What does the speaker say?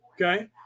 Okay